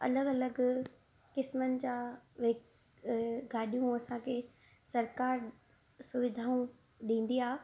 अलॻि अलॻि क़िस्मनि जा वेही गाॾियूं असांखे सरकारु सुविधाऊं ॾींदी आहे